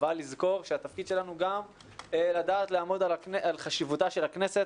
אבל לזכור שהתפקיד שלנו גם לדעת לעמוד על חשיבותה של הכנסת